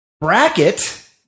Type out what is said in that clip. bracket